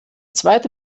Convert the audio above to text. zweite